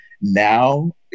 now